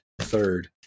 third